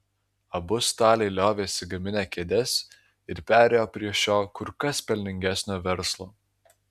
abu staliai liovėsi gaminę kėdes ir perėjo prie šio kur kas pelningesnio verslo